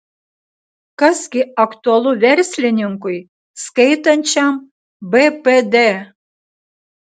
kas gi aktualu verslininkui skaitančiam bpd